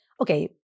okay